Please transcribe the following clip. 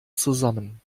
zusammen